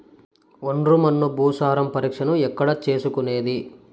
ఒండ్రు మన్ను భూసారం పరీక్షను ఎక్కడ చేసుకునేది?